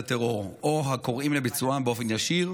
טרור או קוראים לביצועם באופן ישיר,